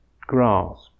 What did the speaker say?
grasp